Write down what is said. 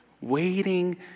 waiting